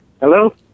Hello